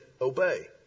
obey